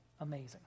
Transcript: amazing